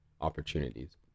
opportunities